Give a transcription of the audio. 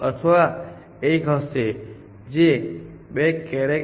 જો હું T ને C સાથે ગોઠવું અને ડાઈગોનલ રીતે આગળ વધીશ તો ખર્ચ 1 હશે